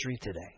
today